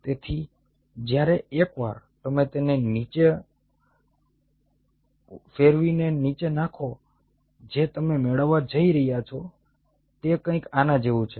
તેથી જ્યારે એકવાર તમે તેને નીચે ફેરવીને નીચે નાખો જે તમે મેળવવા જઈ રહ્યા છો તે કંઈક આના જેવું છે